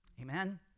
amen